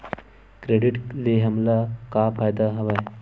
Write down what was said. Credit ले हमन ला का फ़ायदा हवय?